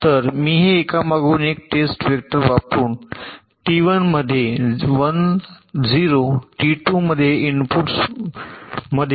तर मी हे एकामागून एक टेस्ट वेक्टर वापरुन टी 1 मध्ये 1 0 टी 2 मध्ये असलेल्या इनपुटमध्ये समजू